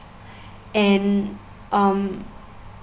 and um